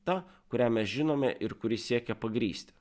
ta kurią mes žinome ir kuri siekia pagrįsti